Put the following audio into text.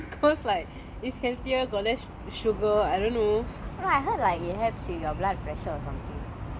எனக்கு சத்தியமா தெரியாது:enakku sathiyama theriyaathu maybe is cause like it's healthier got less sugar I don't know